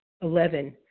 Eleven